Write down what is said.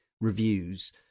reviews